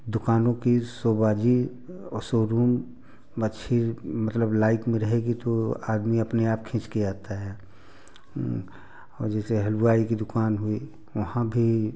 दुकानों की शो बाजी औ शो रूम अच्छी मतलब लाइट में रहेगी तो आदमी अपने आप खिंच कर आता है और जैसे हलवाई की दुकान हुई वहाँ भी